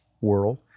world